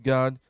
God